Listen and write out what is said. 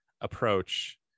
approach